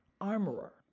armorer